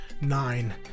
nine